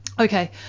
Okay